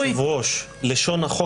אדוני יושב הראש, לשון החוק היא כזאת.